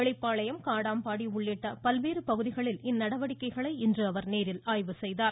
வெளிப்பாளையம் காடாம்பாடி உள்ளிட்ட பல்வேறு பகுதிகளில் இந்நடவடிக்கைகளை அவர் ஆய்வு செய்தார்